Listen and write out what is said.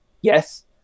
Yes